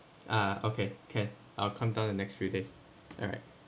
ah okay can I'll come down the next few days alright